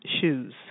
shoes